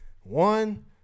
One